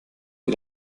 die